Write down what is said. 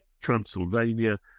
Transylvania